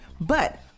But-